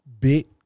bit